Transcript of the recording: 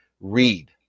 read